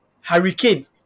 Hurricane